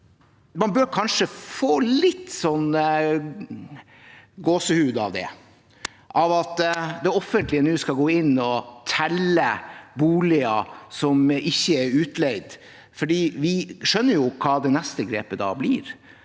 Man bør kanskje få litt gåsehud av det, av at det offentlige nå skal gå inn og telle boliger som ikke er utleid, for vi skjønner jo hva det neste grepet da blir.